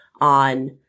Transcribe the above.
on